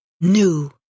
new